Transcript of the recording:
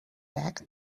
bag